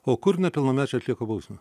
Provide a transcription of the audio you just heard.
o kur nepilnamečiai atlieka bausmę